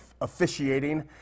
officiating